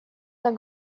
так